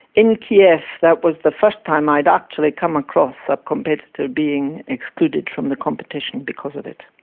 in kiev, that was the first time i'd actually come across a competitor being excluded from the competition because of it.